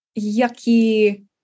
yucky